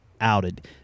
outed